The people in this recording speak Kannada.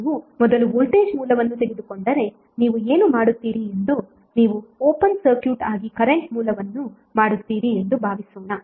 ನೀವು ಮೊದಲು ವೋಲ್ಟೇಜ್ ಮೂಲವನ್ನು ತೆಗೆದುಕೊಂಡರೆ ನೀವು ಏನು ಮಾಡುತ್ತೀರಿ ಎಂದು ನೀವು ಓಪನ್ ಸರ್ಕ್ಯೂಟ್ ಆಗಿ ಕರೆಂಟ್ ಮೂಲವನ್ನು ಮಾಡುತ್ತೀರಿ ಎಂದು ಭಾವಿಸೋಣ